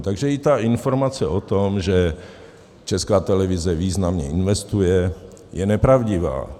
Takže i ta informace o tom, že Česká televize významně investuje, je nepravdivá.